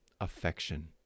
affection